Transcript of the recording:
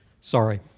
Sorry